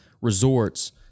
resorts